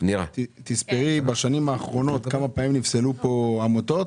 תספרי בשנים האחרונות כמה פעמים נפסלו כאן עמותות.